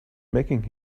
making